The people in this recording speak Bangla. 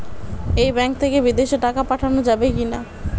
এই ব্যাঙ্ক থেকে বিদেশে টাকা পাঠানো যাবে কিনা?